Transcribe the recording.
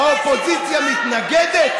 והאופוזיציה תומכת,